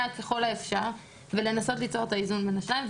ככל האפשר ולנסות ליצור את האיזון בין השניים.